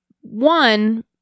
one